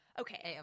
Okay